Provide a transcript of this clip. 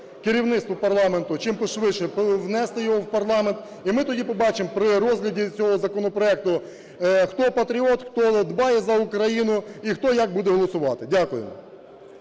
керівництво парламенту чимшвидше внести його в парламент. І ми тоді побачимо при розгляді цього законопроекту, хто патріот, хто дбає за Україну, і хто як буде голосувати. Дякую.